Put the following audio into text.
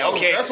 Okay